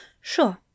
Sure